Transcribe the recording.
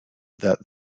that